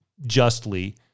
justly